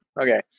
Okay